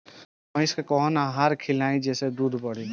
भइस के कवन आहार खिलाई जेसे दूध बढ़ी?